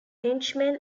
henchmen